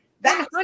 That-